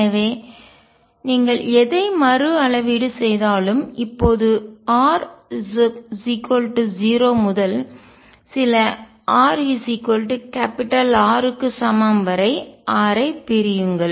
எனவே நீங்கள் எதை மறுஅளவீடு செய்தாலும் இப்போது r 0 முதல் சில r R க்கு சமம் வரை r ஐ பிரியுங்கள்